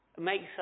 makes